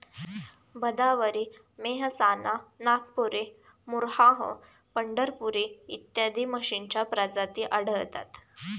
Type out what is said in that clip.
भदावरी, मेहसाणा, नागपुरी, मुर्राह, पंढरपुरी इत्यादी म्हशींच्या प्रजाती आढळतात